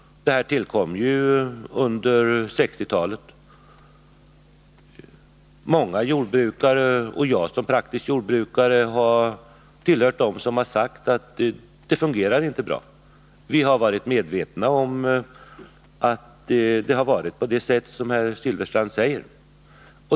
Systemet tillkom under 1960-talet, och många jordbrukare — även jag som praktisk jordbrukare — har sagt att det inte Om skördeskadefungerar bra. Vi har varit medvetna om att situationen har varit på det sätt skyddet som herr Silfverstrand säger.